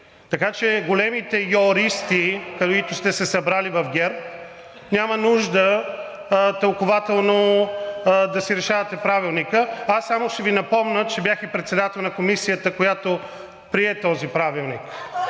Така че големите „йористи“, каквито сте се събрали в ГЕРБ, няма нужда тълкувателно да си решавате Правилника. Само ще Ви напомня, че бях и председател на Комисията, която прие този Правилник.